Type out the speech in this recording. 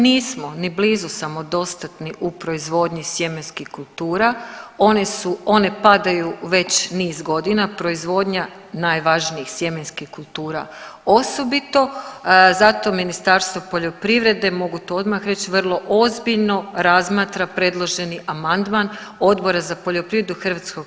Nismo ni blizu samodostatni u proizvodnji sjemenskih kultura, one padaju već niz godina, proizvodnja najvažnijih sjemenskih kultura osobito, zato Ministarstvo poljoprivrede mogu to odmah reć, vrlo ozbiljno razmatra predloženi amandman Odbora za poljoprivredu HS-a.